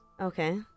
Okay